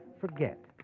forget